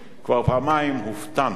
כבר פעמיים הופתענו וטעינו.